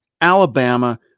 Alabama